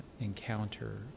encounter